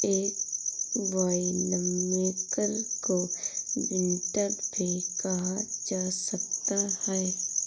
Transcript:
एक वाइनमेकर को विंटनर भी कहा जा सकता है